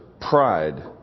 pride